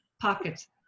Pockets